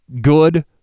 good